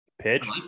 Pitch